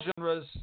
genres